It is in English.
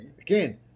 Again